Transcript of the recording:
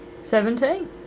Seventeen